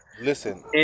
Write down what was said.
Listen